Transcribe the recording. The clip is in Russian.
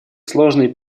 сложный